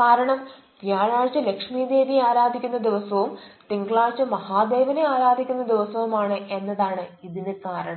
കാരണം വ്യാഴാഴ്ച ലക്ഷ്മി ദേവിയെ ആരാധിക്കുന്ന ദിവസവും തിങ്കളാഴ്ച മഹാദേവനെ ആരാധിക്കുന്ന ദിവസവും ആണ് എന്നതാണ് ഇതിന് കാരണം